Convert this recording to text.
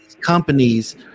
companies